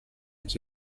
chi